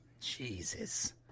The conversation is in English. Jesus